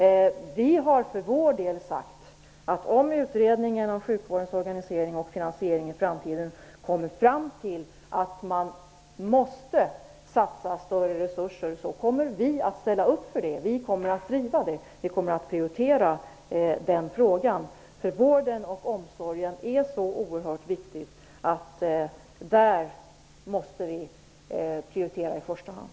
Vi i kds har sagt att om utredningen om sjukvårdens organisering och finansiering i framtiden kommer fram till att man måste satsa mer resurser, kommer vi att ställa upp för det. Vi kommer att prioritera och driva den frågan. Vården och omsorgen är nämligen så oerhört viktig att den måste prioriteras i första hand.